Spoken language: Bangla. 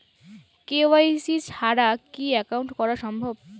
কে.ওয়াই.সি ছাড়া কি একাউন্ট করা সম্ভব?